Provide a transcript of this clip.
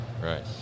Right